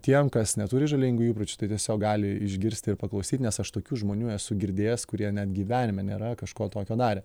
tiem kas neturi žalingų įpročių tai tiesiog gali išgirsti ir paklausyt nes aš tokių žmonių esu girdėjęs kurie net gyvenime nėra kažko tokio darę